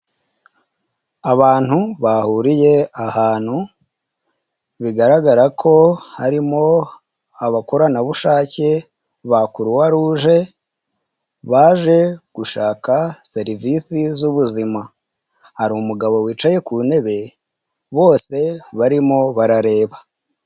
Abantu bahuriye ahantu bigaragara ko harimo abakoranabushake ba kuruwa ruje baje gushaka serivisi z'ubuzima, hari umugabo wicaye ku ntebe bose barimo barareba.